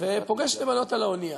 ופוגש שתי בנות על האונייה,